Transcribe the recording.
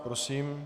Prosím.